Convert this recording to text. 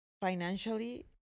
financially